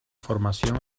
formación